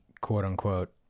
quote-unquote